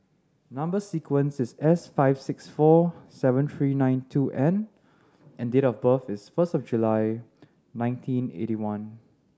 number sequence is S five six four seven three nine two N and date of birth is first of July nineteen eighty one